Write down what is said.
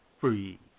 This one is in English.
free